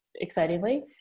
excitingly